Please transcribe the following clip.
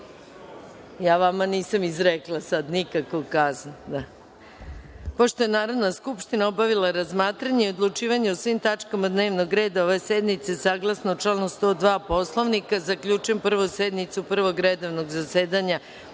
ta kazna ne bi doprinela ničemu apsolutno. Pošto je Narodna skupština obavila razmatranje i odlučivanje o svim tačkama dnevnog reda ove sednice, saglasno članu 102. Poslovnika, zaključujem Prvu sednicu Prvog redovnog zasedanja